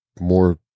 more